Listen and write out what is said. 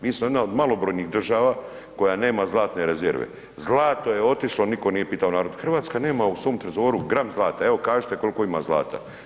Mi smo jedna od malobrojnih država koja nema zlatne rezerve, zlato je otišlo, niko nije pitao narod, RH nema u svom trezoru gram zlata, evo kažite kolko ima zlata?